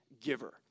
giver